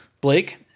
blake